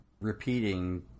repeating